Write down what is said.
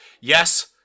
Yes